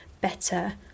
better